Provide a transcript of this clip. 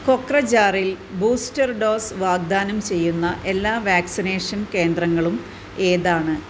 കൊക്രജാറിൽ booster dose വാഗ്ദാനം ചെയ്യുന്ന എല്ലാ വാക്സിനേഷൻ കേന്ദ്രങ്ങളും ഏതാണ്